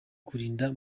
kurinda